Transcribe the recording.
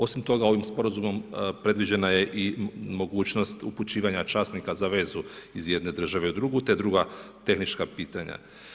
Osim toga ovim sporazumom, predviđena je i mogućnost upućivanja časnika za vezu iz jedne države u drugu, te druga tehnička pitanja.